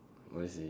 oh I see